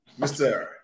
Mr